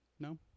No